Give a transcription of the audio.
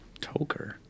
Toker